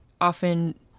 often